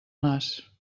nas